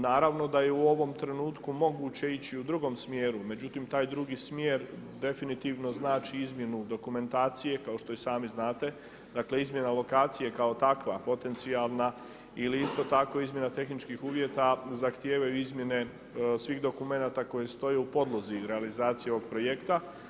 Naravno da je u ovom trenutku moguće ići i u drugom smjeru, međutim, taj drugi smjer definitivno znači izmjenu dokumentacije, kao što i sami znate, dakle, izmjene lokacije kao takva, potencijalna ili isto tako izmjena tehničkih uvjeta zahtijevaju izmjene svih dokumenta koje stoje u podlozi i realizaciji ovog projekta.